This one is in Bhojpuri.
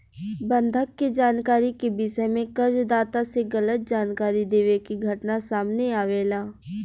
बंधक के जानकारी के विषय में कर्ज दाता से गलत जानकारी देवे के घटना सामने आवेला